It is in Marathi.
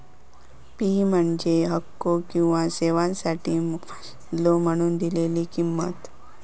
फी म्हणजे हक्को किंवा सेवोंसाठी मोबदलो म्हणून दिलेला किंमत